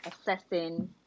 assessing